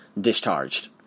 discharged